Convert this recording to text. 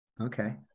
Okay